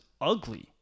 ugly